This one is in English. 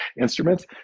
instruments